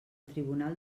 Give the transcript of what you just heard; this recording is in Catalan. tribunal